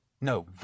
No